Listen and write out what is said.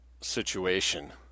situation